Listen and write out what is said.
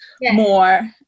more